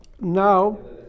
now